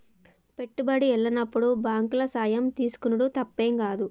పెట్టుబడి ఎల్లనప్పుడు బాంకుల సాయం తీసుకునుడు తప్పేం గాదు